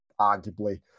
arguably